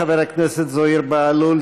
חבר הכנסת זוהיר בהלול,